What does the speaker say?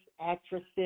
actresses